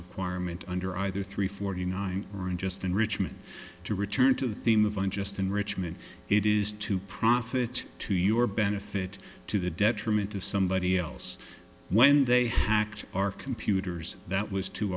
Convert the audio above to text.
requirement under either three forty nine or in just enrichment to return to the theme of unjust enrichment it is to profit to your benefit to the detriment of somebody else when they hacked our computers that was to